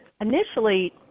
initially –